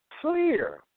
clear